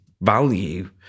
value